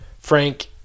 Frank